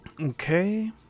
Okay